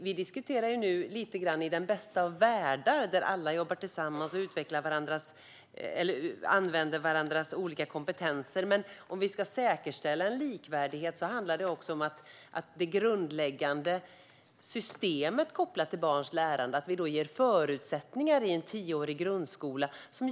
Vi diskuterar nu den bästa av världar där alla jobbar tillsammans och använder varandras olika kompetenser. Men om vi ska säkerställa en likvärdighet handlar det också om det grundläggande systemet kopplat till barns lärande som det finns förutsättningar för i en tioårig grundskola.